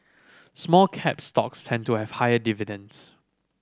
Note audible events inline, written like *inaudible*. small cap stocks tend to *unintelligible* have higher dividends